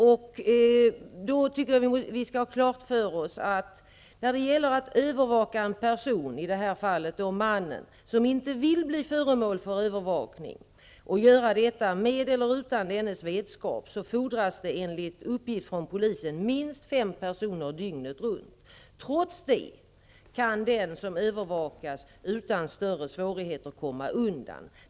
Vi skall ha klart för oss att det, enligt uppgift från polisen, fordras minst fem personer dygnet runt för att övervaka en person -- i det här fallet mannen -- som inte vill bli föremål för övervakning och göra detta utan dennes vetskap. Trots det kan den som övervakas utan större svårigheter komma undan.